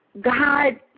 God